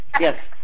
Yes